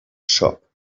shop